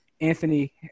Anthony